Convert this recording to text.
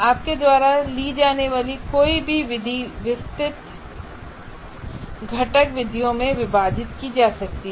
आपके द्वारा ली जाने वाली कोई भी विधि विस्तृत घटक विधियों में विभाजित की जा सकती है